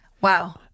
Wow